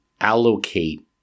allocate